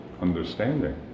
understanding